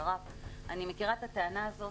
אני מכירה את הטענה הזאת,